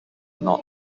not